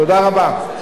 תודה רבה.